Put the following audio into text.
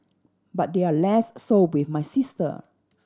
but they're less so with my sister